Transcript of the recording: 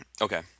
Okay